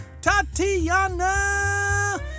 Tatiana